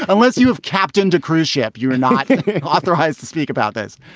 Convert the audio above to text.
unless you have captain to cruise ship, you're not authorized to speak about this.